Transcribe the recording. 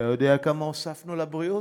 אתה יודע כמה הוספנו לבריאות?